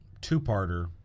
two-parter